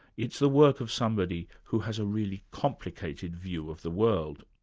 it's the work of somebody who has a really complicated view of the world.